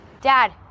Dad